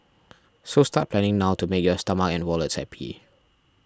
so start planning now to make your stomach and wallets happy